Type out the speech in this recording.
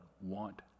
want